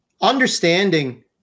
understanding